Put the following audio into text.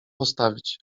postawić